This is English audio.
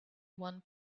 one